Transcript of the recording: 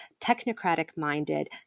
technocratic-minded